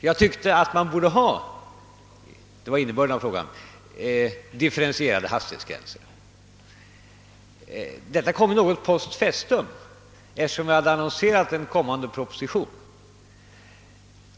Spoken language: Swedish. jag tyckte att man borde ha differentierade hastighetsgränser. Den frågan kom något post festum, eftersom jag, som sagt, hade annonserat en kommande proposition.